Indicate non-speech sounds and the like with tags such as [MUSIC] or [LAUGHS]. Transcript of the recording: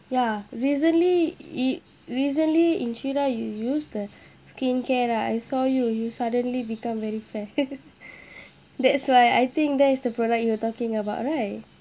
ya recently it recently inshira you use the skincare right I saw you you suddenly become very fair [LAUGHS] that's why I think that is the product you are talking about right